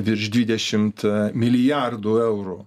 virš dvidešimt milijardų eurų